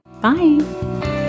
Bye